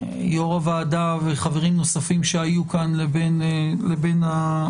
יו"ר הוועדה וחברים נוספים שהיו כאן לבין הממשלה.